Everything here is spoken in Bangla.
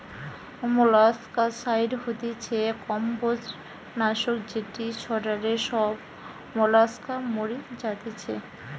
মোলাস্কাসাইড হতিছে কম্বোজ নাশক যেটি ছড়ালে সব মোলাস্কা মরি যাতিছে